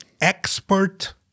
expert